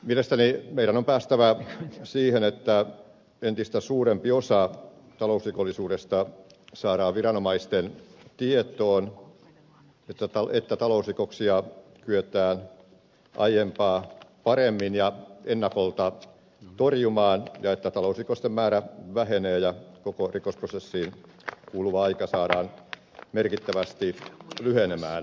mielestäni meidän on päästävä siihen että entistä suurempi osa talousrikollisuudesta saadaan viranomaisten tietoon että talousrikoksia kyetään aiempaa paremmin ja ennakolta torjumaan ja että talousrikosten määrä vähenee ja koko rikosprosessiin kuluva aika saadaan merkittävästi lyhenemään